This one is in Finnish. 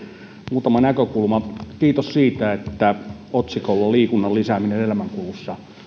muutama näkökulma kiitos siitä että otsikko liikunnan lisääminen elämänkulussa